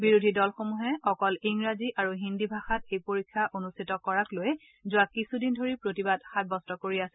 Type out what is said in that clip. বিৰোধী দলসমূহে অকল ইংৰাজী আৰু হিন্দী ভাষাত এই পৰীক্ষা অনুষ্ঠিত কৰাক লৈ যোৱা কিছুদিন ধৰি প্ৰতিবাদ সাব্যস্ত কৰি আছিল